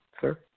sir